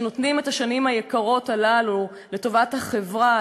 שנותנים את השנים היקרות האלה לטובת החברה,